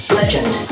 legend